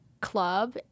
club